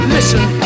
Listen